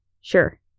Sure